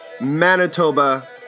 Manitoba